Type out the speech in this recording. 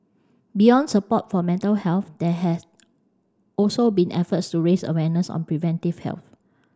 beyond support for mental health there have also been efforts to raise awareness on preventive health